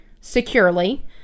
securely